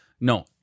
No